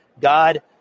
God